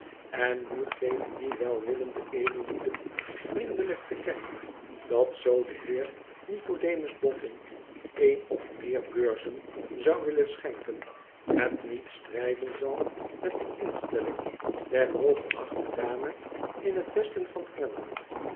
en nu geven die welwillende edellieden vriendelijk te kennen dat zoo de heer nicodemus bofln een of meer beurzen zou willen schenken het niet strijden zal met de instelling der hooggeachte dame in het westen van engeland